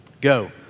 go